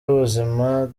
w’ubuzima